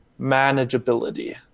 manageability